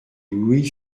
louis